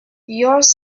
yours